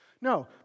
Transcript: No